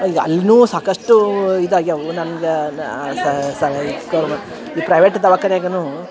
ಈಗ ಅಲ್ನೂ ಸಾಕಷ್ಟು ಇದು ಆಗ್ಯಾವು ನನ್ಗ ನಾ ಸಾ ಸಾ ಈ ಪ್ರೈವೇಟ್ ದವಖಾನಿ ಆಗ್ಯನೂ